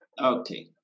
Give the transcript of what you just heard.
Okay